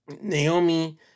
Naomi